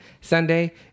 sunday